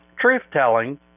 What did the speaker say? truth-telling